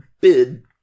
bid